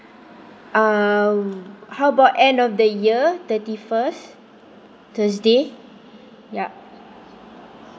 uh how about end of the year thirty first thursday ya